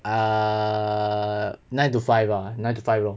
err nine to five ah nine to five lor